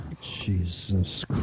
Jesus